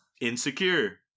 insecure